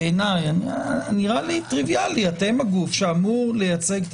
נראה לי טריוויאלי אתם הגוף שאמור לייצג את